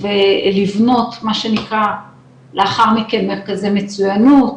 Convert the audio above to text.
ולבנות מה שנקרא לאחר מכן מרכזי מצויינות,